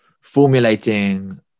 formulating